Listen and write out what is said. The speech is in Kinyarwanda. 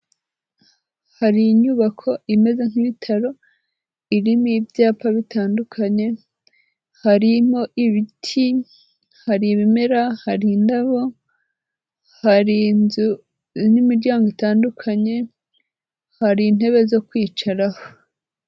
Hari inyubako imeze nk'ibitaro irimo ibyapa bitandukanye, harimo ibiti, hari ibimera, hari indabo, hari inzu n'imiryango itandukanye, hari intebe zo kwicaraho.